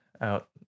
out